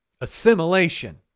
Assimilation